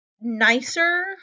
nicer